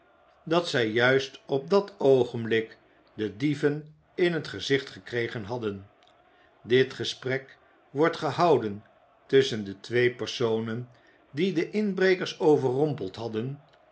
dat zij juist op dat oogenblik de dieven in t gezicht gekregen hadden dit gesprek wordt gehouden tusschen de twee personen die de inbrekers overrompe d hadden